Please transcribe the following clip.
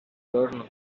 learn